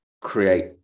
create